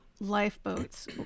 lifeboats